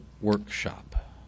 workshop